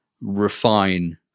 refine